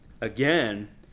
again